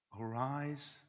arise